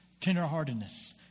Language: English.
tenderheartedness